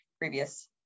previous